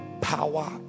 power